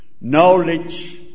Knowledge